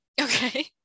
Okay